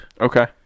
Okay